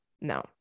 No